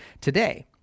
today